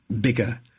bigger